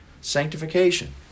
Sanctification